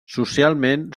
socialment